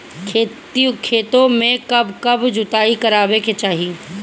खेतो में कब कब जुताई करावे के चाहि?